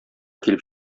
килеп